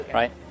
right